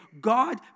God